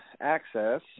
access